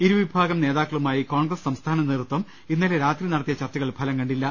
ഇരുവിഭാഗം നേതാക്കളുമായി കോൺഗ്രസ് സംസ്ഥാന നേതൃത്വം ഇന്നലെ രാത്രി നടത്തിയ ചർച്ചകൾ ഫലം കണ്ടില്ല